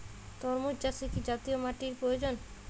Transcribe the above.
তরমুজ চাষে কি জাতীয় মাটির প্রয়োজন?